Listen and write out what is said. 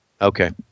Okay